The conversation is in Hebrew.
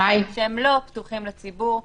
שהם לא פתוחים לציבור,